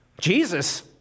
Jesus